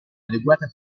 adeguata